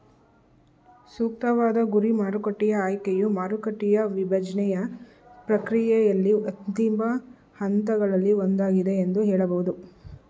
ಸೂಕ್ತವಾದ ಗುರಿ ಮಾರುಕಟ್ಟೆಯ ಆಯ್ಕೆಯು ಮಾರುಕಟ್ಟೆಯ ವಿಭಜ್ನೆಯ ಪ್ರಕ್ರಿಯೆಯಲ್ಲಿ ಅಂತಿಮ ಹಂತಗಳಲ್ಲಿ ಒಂದಾಗಿದೆ ಎಂದು ಹೇಳಬಹುದು